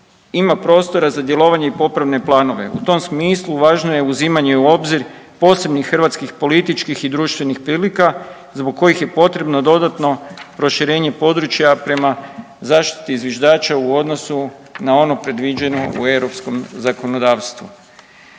ima prostora za djelovanje i popravne planove. U tom smislu važno je uzimanje u obzir posebnih hrvatskih političkih i društvenih prilika zbog kojih je potrebno dodatno proširenje područja prema zaštiti zviždača u odnosu na ono predviđeno u europskom zakonodavstvu.